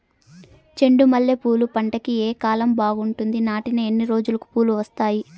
చెండు మల్లె పూలు పంట కి ఏ కాలం బాగుంటుంది నాటిన ఎన్ని రోజులకు పూలు వస్తాయి